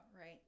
right